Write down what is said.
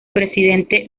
presidente